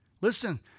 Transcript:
listen